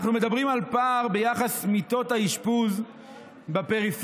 אנחנו מדברים על פער ביחס מיטות האשפוז בפריפריה,